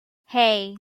hey